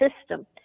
system